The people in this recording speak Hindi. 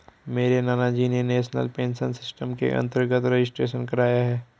मेरे नानाजी ने नेशनल पेंशन सिस्टम के अंतर्गत रजिस्ट्रेशन कराया है